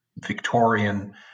Victorian